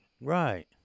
Right